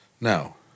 no